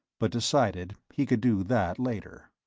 but decided he could do that later.